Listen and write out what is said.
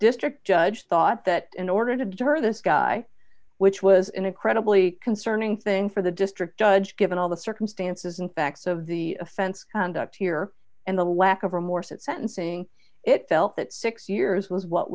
district judge thought that in order to deter this guy which was an incredibly concerning thing for the district judge given all the circumstances and facts of the offense conduct here and the lack of remorse in sentencing it felt that six years was what